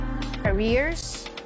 careers